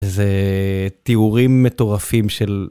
איזה תיאורים מטורפים של...